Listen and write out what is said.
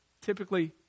typically